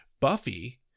Buffy